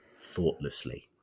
thoughtlessly